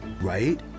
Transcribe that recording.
right